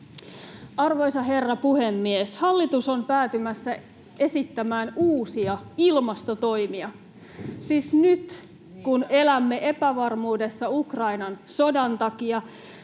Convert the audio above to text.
Arvoisa herra puhemies! Hallitus on päätymässä esittämään uusia ilmastotoimia, siis nyt, kun elämme epävarmuudessa Ukrainan sodan takia,